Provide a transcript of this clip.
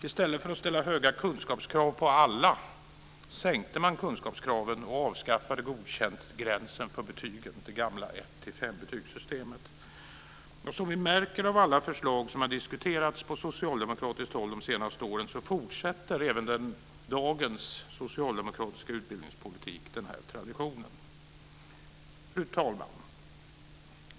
I stället för att ställa höga kunskapskrav på alla sänkte man kunskapskraven, avskaffade betyget godkänt och införde det gamla 1-5 Som vi märker av alla förslag som har diskuterats på socialdemokratiskt håll de sensate åren fortsätter dagens socialdemokratiska utbildningspolitik den här traditionen. Fru talman!